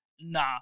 nah